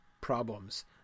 problems